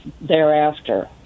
thereafter